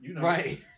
Right